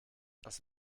das